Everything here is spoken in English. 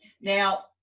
now